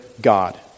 God